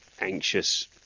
anxious